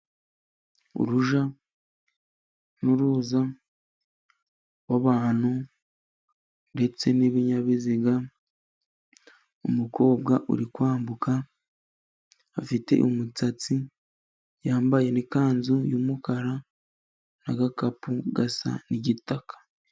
Urujya n'uruza w'abantu ndetse n'ibinyabiziga, umukobwa uri kwambuka afite umusatsi, yambaye n'ikanzu y'umukara n'agakapu gasa n'igitaka.